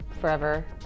forever